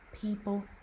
people